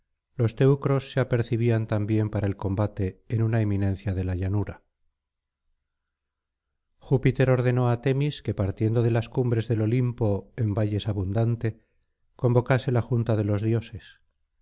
los teucros se apercibían también para el combate en una eminencia de la llanura júpiter ordenó á temis que partiendo de las cumbres del olimpo en valles abundante convocase la junta de los dioses